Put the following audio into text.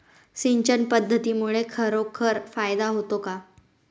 सिंचन पद्धतीमुळे खरोखर फायदा होतो का?